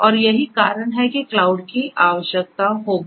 और यही कारण हैं कि क्लाउड की आवश्यकता होगी